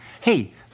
hey